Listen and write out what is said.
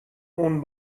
اون